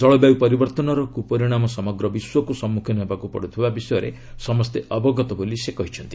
ଜଳବାୟୁ ପରିବର୍ତ୍ତନର କୁପରିଣାମ ସମଗ୍ର ବିଶ୍ୱକୁ ସମ୍ମୁଖୀନ ହେବାକୁ ପଡ଼ୁଥିବା ବିଷୟରେ ସମସ୍ତେ ଅବଗତ ବୋଲି ସେ କହିଛନ୍ତି